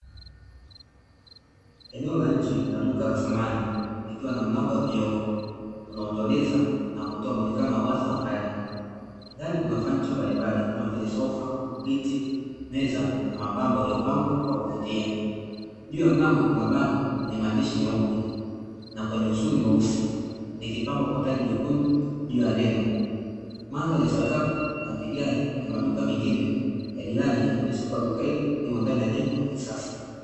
Eneo la nje la duka la samani likiwa na vioo vinavyo tueleza na kutuonyesha muonekano wa ndani, ndani kuna fanicha mbalimbali kama vile sofa meza, viti na mapambo yaliyopangwa kwa kuvutia, juu ya malango kuna bango la maandishi meupe na mstari mweusi likipambambwa kwa taji jekundu juu ya neno, mandhari ya sakafu na vigae na maduka mengine ya jirani yakionyesha kuwa duka hili limo ndani ya jengo la kisasa.